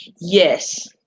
Yes